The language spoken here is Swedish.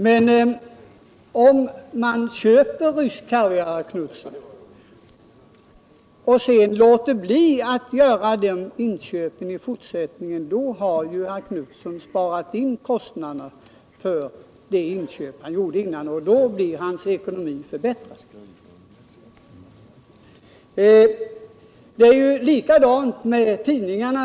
Men om man har för vana att köpa rysk kaviar och sedan låter bli att göra de inköpen i fortsättningen, herr Knutson, då har man sparat in kostnaderna för de inköpen och ens ekonomi blir förbättrad. Det är likadant med tidningarna.